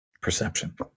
perception